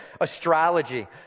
astrology